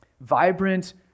Vibrant